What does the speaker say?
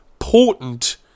Important